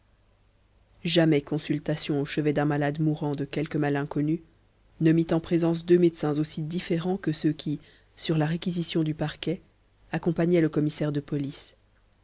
jamais consultation au chevet d'un malade mourant de quelque mal inconnu ne mit en présence deux médecins aussi différents que ceux qui sur la réquisition du parquet accompagnaient le commissaire de police